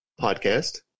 podcast